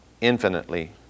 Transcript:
infinitely